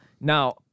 now